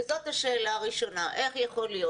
וזאת השאלה הראשונה- איך יכול להיות